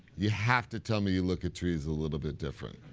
you have to tell me you look at trees a little bit different.